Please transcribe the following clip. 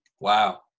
Wow